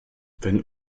wenn